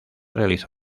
realizó